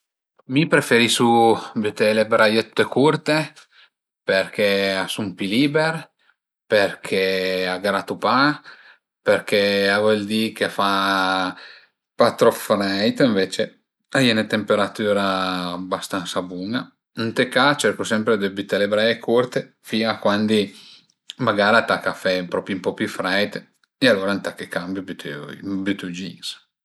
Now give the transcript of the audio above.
Mi preferisu büté le braiëtte curte perché a sun pi liber, perché a gratu pa, perché a völ di ch'a fa pa trop freit, ënvece a ie 'na temperatüra bastansa bun-a, ën ca cercu sempre dë büté le braie curte fin a cuandi magara a taca a fe ën po pi freit e alura ëntà che cambiu e bütu i jeans